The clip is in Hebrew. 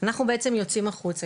אנחנו בעצם יוצאים החוצה,